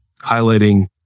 highlighting